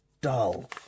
dull